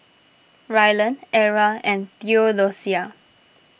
Rylan Era and theodosia